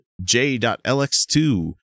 J.LX2